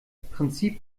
prinzip